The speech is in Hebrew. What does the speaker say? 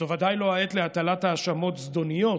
זו ודאי לא העת להטלת האשמות זדוניות,